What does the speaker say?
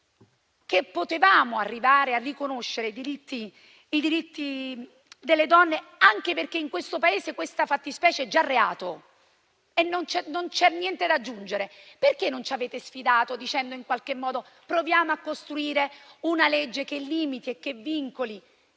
che potevamo arrivare a riconoscere i diritti delle donne, anche perché in questo Paese tale fattispecie è già reato e non c'è niente da aggiungere, perché non ci avete sfidato dicendo di provare a costruire una legge che limiti e vincoli